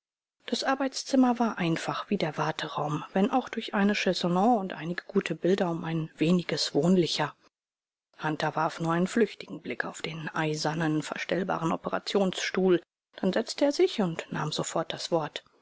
das arbeitszimmer war einfach wie der warteraum wenn auch durch eine chaiselongue und einige gute bilder um ein weniges wohnlicher hunter warf nur einen flüchtigen blick auf den eisernen verstellbaren operationsstuhl dann setzte er sich und nahm sofort das wort